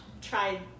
tried